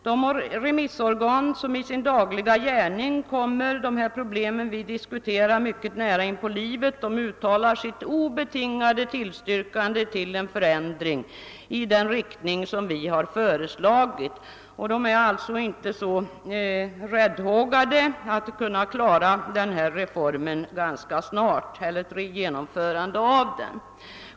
De remissorgan som i sin dagliga gärning kommer de problem vi diskuterar mycket nära inpå livet uttalar sitt obetingade tillstyrkande av en förändring i den riktning som vi har föreslagit. De är alltså inte räddhågade när det gäller att kunna klara ett genomförande av denna reform ganska snart.